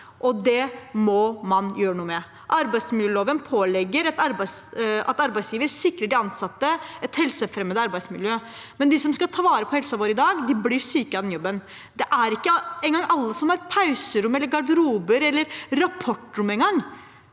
det må man gjøre noe med. Arbeidsmiljøloven pålegger arbeidsgiver å sikre de ansatte et helsefremmende arbeidsmiljø, men de som skal ta vare på helsen vår i dag, blir syke av den jobben. Det er ikke engang alle som har pauserom, garderober